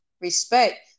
respect